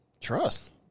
Trust